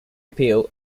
appeal